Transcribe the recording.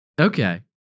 okay